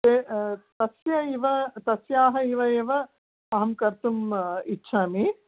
ते तस्य इव तस्याः इव एव अहं कर्तुम् इच्छामि